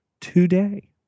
today